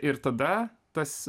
ir tada tas